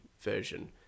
version